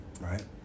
Right